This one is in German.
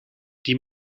die